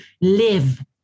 live